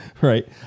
Right